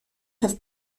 have